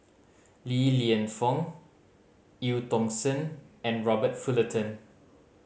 Li Lienfung Eu Tong Sen and Robert Fullerton